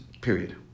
Period